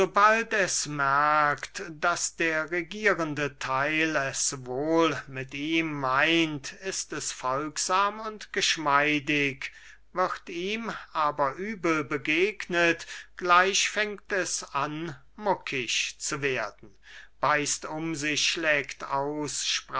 es merkt daß der regierende theil es wohl mit ihm meint ist es folgsam und geschmeidig wird ihm aber übel begegnet gleich fängt es an muckisch zu werden beißt um sich schlägt